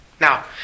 Now